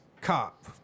cop